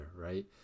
right